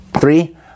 three